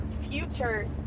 future